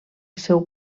seu